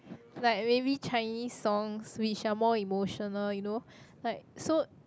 like maybe Chinese songs which are more emotional you know like so